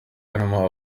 harimo